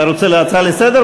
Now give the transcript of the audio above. אתה רוצה הצעה לסדר?